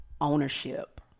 ownership